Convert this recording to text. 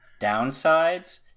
downsides